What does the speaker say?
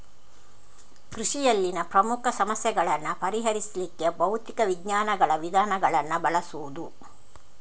ಕೃಷಿಯಲ್ಲಿನ ಪ್ರಮುಖ ಸಮಸ್ಯೆಗಳನ್ನ ಪರಿಹರಿಸ್ಲಿಕ್ಕೆ ಭೌತಿಕ ವಿಜ್ಞಾನಗಳ ವಿಧಾನಗಳನ್ನ ಬಳಸುದು